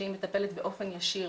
שהיא מטפלת באופן ישיר